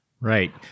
right